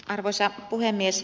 arvoisa puhemies